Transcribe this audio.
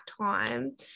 time